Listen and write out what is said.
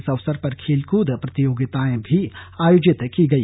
इस अवसर पर खेलकूद प्रतियोगिताएं भी आयोजित की गई